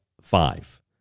five